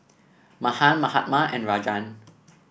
Mahan Mahatma and Rajan